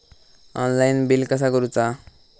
Online bill कसा करुचा?